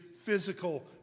physical